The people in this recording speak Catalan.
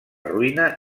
ruïna